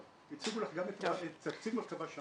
לא, הציגו לך גם את תקציב מרכב"ה.